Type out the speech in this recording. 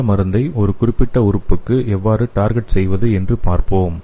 இந்த மருந்தை ஒரு குறிப்பிட்ட உறுப்புக்கு எவ்வாறு டார்கெட் செய்வது என்று பார்ப்போம்